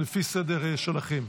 לפי הסדר שלכם.